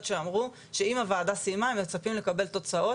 שאמרו שאם הוועדה כבר סיימה מצפים לקבל תוצאות.